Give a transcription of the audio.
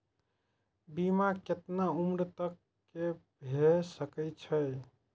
बीमा केतना उम्र तक के भे सके छै?